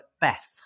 Beth